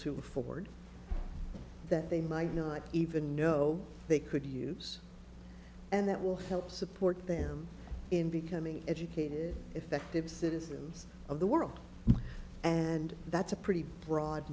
to afford that they might not even know they could use and that will help support them in becoming educated effective citizens of the world and that's a pretty broad